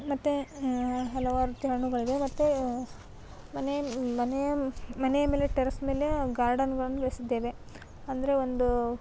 ಮತ್ತು ಹಲವಾರು ರೀತಿಯ ಹಣ್ಣುಗಳಿವೆ ಮತ್ತೆ ಮನೆಯ ಮನೆಯ ಮನೆಯ ಮೇಲೆ ಟೆರೆಸ್ ಮೇಲೆ ಗಾರ್ಡನ್ಗಳನ್ನು ಬೆಳೆಸಿದ್ದೇವೆ ಅಂದರೆ ಒಂದು